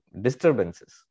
disturbances